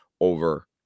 over